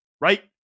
right